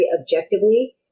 objectively